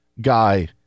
guy